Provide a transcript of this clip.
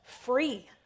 free